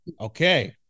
okay